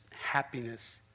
happiness